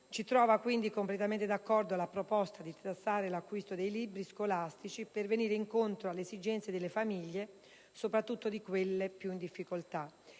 Ci trova, quindi, completamente d'accordo la proposta di detassare l'acquisto dei libri scolastici per venire incontro alle esigenze delle famiglie, soprattutto di quelle più in difficoltà.